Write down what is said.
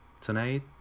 tonight